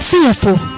Fearful